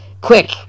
Quick